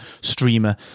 streamer